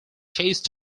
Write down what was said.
chase